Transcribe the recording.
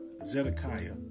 Zedekiah